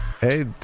hey